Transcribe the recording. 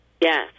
yes